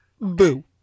Boo